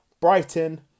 Brighton